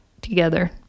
together